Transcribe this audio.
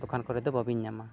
ᱫᱳᱠᱟᱱ ᱠᱚᱨᱮ ᱫᱚ ᱵᱟᱵᱤᱱ ᱧᱟᱢᱟ